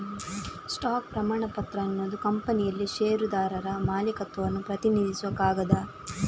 stock ಪ್ರಮಾಣಪತ್ರ ಅನ್ನುದು ಕಂಪನಿಯಲ್ಲಿ ಷೇರುದಾರರ ಮಾಲೀಕತ್ವವನ್ನ ಪ್ರತಿನಿಧಿಸುವ ಕಾಗದ